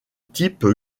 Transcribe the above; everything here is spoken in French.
type